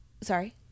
sorry